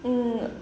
mm